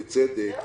בצדק,